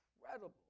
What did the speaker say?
Incredible